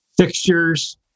fixtures